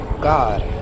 God